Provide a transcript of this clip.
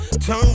Turn